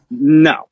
no